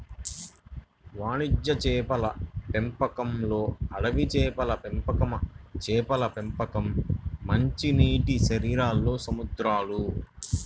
వాణిజ్య చేపల పెంపకంలోఅడవి చేపల పెంపకంచేపల పెంపకం, మంచినీటిశరీరాల్లో సముద్రాలు